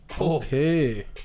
Okay